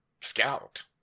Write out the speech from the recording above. scout